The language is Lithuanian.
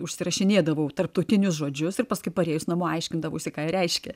užsirašinėdavau tarptautinius žodžius ir paskui parėjus namo aiškindavausi ką reiškia